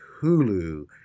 Hulu